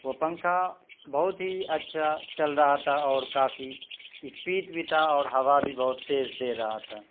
وہ پنکھا بہت ہی اچھا چل رہا تھا اور کافی اسپیڈ بھی تھا اور ہوا بھی بہت تیز دے رہا تھا